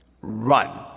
run